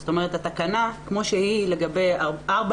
זאת אומרת התקנה כמו שהיא לגבי ארבע